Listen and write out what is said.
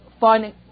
finding